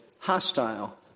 hostile